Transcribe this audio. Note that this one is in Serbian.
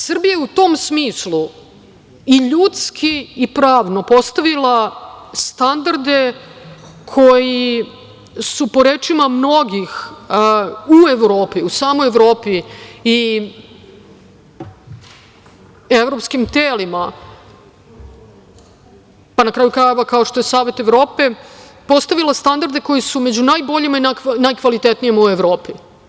Srbija je u tom smislu i ljudski i pravno postavila standarde koji su po rečima mnogih u Evropi, u samoj Evropi i evropskim telima, pa na kraju krajeva, kao što je Savet Evrope, postavila standarde koji su među najboljima i najkvalitetnijim u Evropi.